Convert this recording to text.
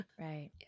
Right